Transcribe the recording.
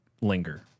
linger